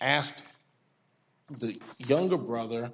asked the younger brother